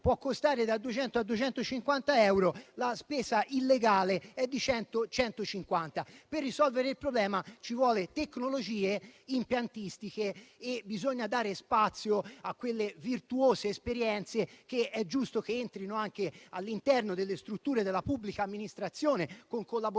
può costare da 200 a 250 euro, la spesa illegale si attesta invece sui 100-150 euro. Per risolvere il problema ci vogliono tecnologie e impiantistiche e occorre dare spazio a quelle virtuose esperienze che è giusto che entrino anche all'interno delle strutture della pubblica amministrazione, con collaborazioni